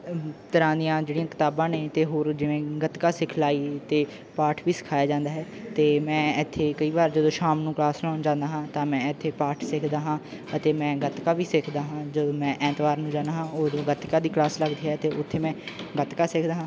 ਤਰ੍ਹਾਂ ਦੀਆਂ ਜਿਹੜੀਆਂ ਕਿਤਾਬਾਂ ਨੇ ਅਤੇ ਹੋਰ ਜਿਵੇਂ ਗੱਤਕਾ ਸਿਖਲਾਈ ਅਤੇ ਪਾਠ ਵੀ ਸਿਖਾਇਆ ਜਾਂਦਾ ਹੈ ਅਤੇ ਮੈਂ ਇੱਥੇ ਕਈ ਵਾਰ ਜਦੋਂ ਸ਼ਾਮ ਨੂੰ ਕਲਾਸ ਲਾਉਣ ਜਾਂਦਾ ਹਾਂ ਤਾਂ ਮੈਂ ਇੱਥੇ ਪਾਠ ਸਿੱਖਦਾ ਹਾਂ ਅਤੇ ਮੈਂ ਗੱਤਕਾ ਵੀ ਸਿੱਖਦਾ ਹਾਂ ਜਦੋਂ ਮੈਂ ਐਤਵਾਰ ਨੂੰ ਜਾਂਦਾ ਹਾਂ ਉਦੋਂ ਗੱਤਕਾ ਦੀ ਕਲਾਸ ਲੱਗਦੀ ਹੈ ਅਤੇ ਉੱਥੇ ਮੈਂ ਗੱਤਕਾ ਸਿੱਖਦਾ ਹਾਂ